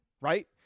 right